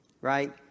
right